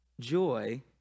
Joy